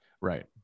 right